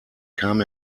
kam